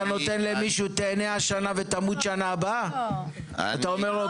מיכאל מרדכי ביטון (יו"ר ועדת הכלכלה): אתה